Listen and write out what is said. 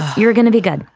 you're gonna be good.